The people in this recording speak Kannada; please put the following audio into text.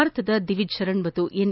ಭಾರತದ ದಿವೀಜ್ ಶರಣ್ ಹಾಗೂ ಎನ್